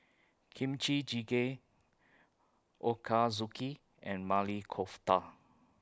Kimchi Jjigae Ochazuke and Maili Kofta